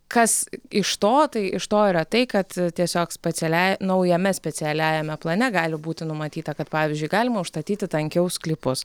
kas iš to tai iš to yra tai kad tiesiog specialia naujame specialiajame plane gali būti numatyta kad pavyzdžiui galima užstatyti tankiau sklypus